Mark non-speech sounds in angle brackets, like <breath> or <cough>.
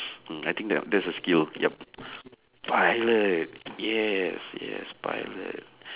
<breath> mm I think that uh that's a skill yup pilot yes yes pilot